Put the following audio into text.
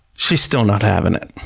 she's still not having it.